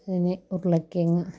അതിന് ഉരുളക്കിഴങ്ങ്